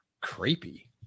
creepy